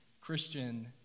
Christian